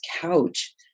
couch